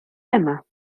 emma